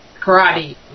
karate